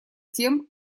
тем